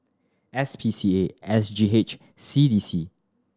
S P C A S G H C D C